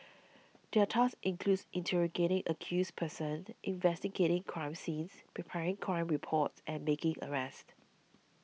their tasks includes interrogating accused persons investigating crime scenes preparing crime reports and making arrests